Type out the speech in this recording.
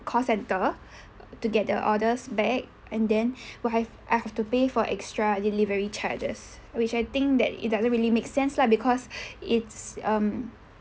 call centre to get the orders back and then I've I have to pay for extra delivery charges which I think that it doesn't really make sense lah because it's um